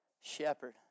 Shepherd